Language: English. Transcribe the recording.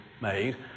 made